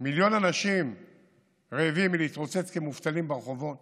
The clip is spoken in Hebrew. מיליון אנשים רעבים מלהתרוצץ כמובטלים ברחובות